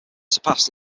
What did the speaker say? surpassed